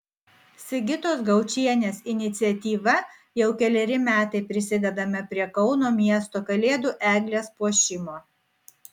sigitos gaučienės iniciatyva jau keleri metai prisidedame prie kauno miesto kalėdų eglės puošimo